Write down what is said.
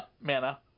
Manna